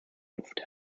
luft